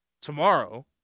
tomorrow